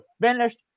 finished